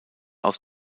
aus